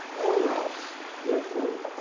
all labs were full.